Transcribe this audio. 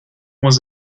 was